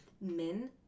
men